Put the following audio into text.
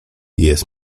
jest